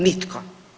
Nitko.